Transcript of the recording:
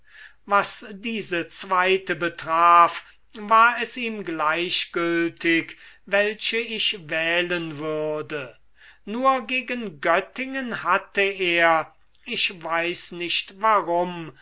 was diese zweite betraf war es ihm gleichgültig welche ich wählen würde nur gegen göttingen hatte er ich weiß nicht warum